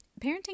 Parenting